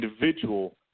individual